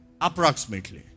Approximately